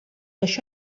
això